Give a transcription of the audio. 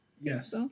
Yes